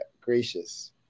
gracious